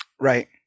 Right